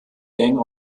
gang